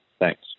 Thanks